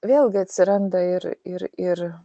vėlgi atsiranda ir ir ir